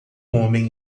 homem